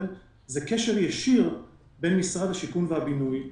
זה קשר ישיר בין משרד השיכון והבינוי וצה"ל,